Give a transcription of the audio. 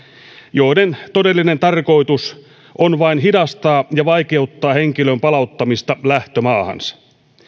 joiden todellinen tarkoitus on vain hidastaa ja vaikeuttaa henkilön palauttamista lähtömaahansa